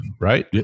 right